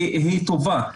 היא טובה.